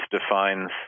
defines